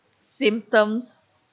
symptoms